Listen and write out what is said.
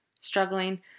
struggling